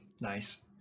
nice